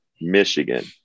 Michigan